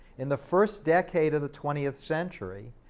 in the first decade of the twentieth century,